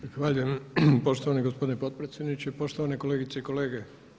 Zahvaljujem poštovani gospodine potpredsjedniče, poštovane kolegice i kolege.